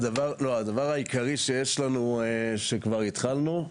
הדבר העיקרי שיש לנו שכבר התחלנו,